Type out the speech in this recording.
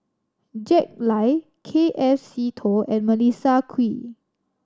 Jack Lai K F Seetoh and Melissa Kwee